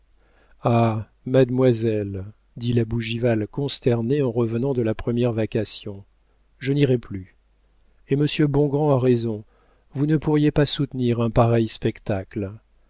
ah mademoiselle dit la bougival consternée en revenant de la première vacation je n'irai plus et monsieur bongrand a raison vous ne pourriez pas soutenir un pareil spectacle